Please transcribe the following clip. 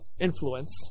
influence